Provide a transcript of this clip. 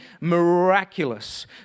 miraculous